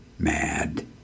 mad